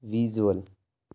visual